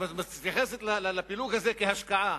כלומר מתייחסת לפילוג הזה כאל השקעה,